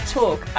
talk